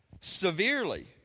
severely